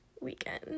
weekend